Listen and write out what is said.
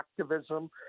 activism